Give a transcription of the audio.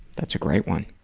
that's a great one.